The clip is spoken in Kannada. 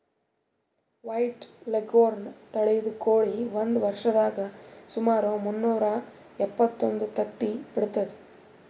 ವೈಟ್ ಲೆಘೋರ್ನ್ ತಳಿದ್ ಕೋಳಿ ಒಂದ್ ವರ್ಷದಾಗ್ ಸುಮಾರ್ ಮುನ್ನೂರಾ ಎಪ್ಪತ್ತೊಂದು ತತ್ತಿ ಇಡ್ತದ್